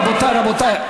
רבותיי, רבותיי.